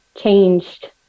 changed